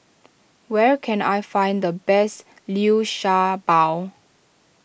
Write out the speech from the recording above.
where can I find the best Liu Sha Bao